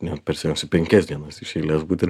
ne per seniausia penkias dienas iš eilės būt ir